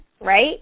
right